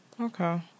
Okay